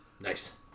Nice